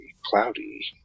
cloudy